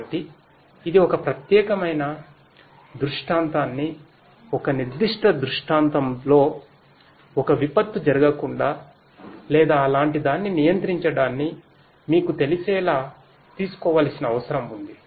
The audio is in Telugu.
కాబట్టి ఇది ఒక ప్రత్యేకమైన దృష్టాంతాన్ని ఒక నిర్దిష్ట దృష్టాంతంలో ఒక విపత్తు జరగకుండా లేదా అలాంటిదాన్ని నియంత్రించడాన్ని మీకు తెలిసేలా తీసుకోవలసిన అవసరం ఉంది